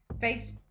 face